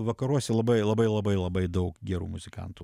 vakaruose labai labai labai labai daug gerų muzikantų